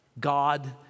God